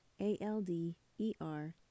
A-L-D-E-R